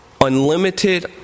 unlimited